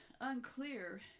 unclear